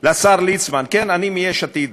לשר ליצמן, כן, אני מיש עתיד,